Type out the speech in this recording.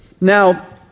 Now